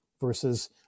versus